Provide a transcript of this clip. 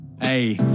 Hey